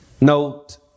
Note